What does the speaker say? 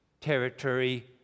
territory